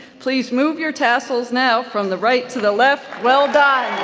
please move your tassels now from the right to the left, well done.